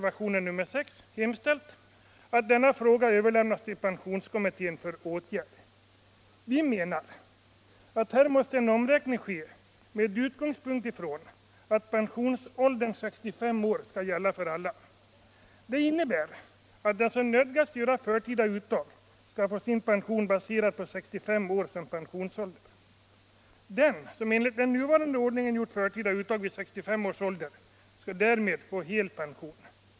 Vi menar att här måste en omräkning ske med utgångspunkt i att pensionsåldern 65 år skall gälla för alla. Det innebär att den som nödgas göra förtida uttag skall få sin pension baserad på 65 år som pensionsålder. Den som enligt den nuvarande ordningen gjort förtida uttag vid 65 års ålder skulle därmed få hel pension.